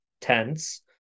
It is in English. tense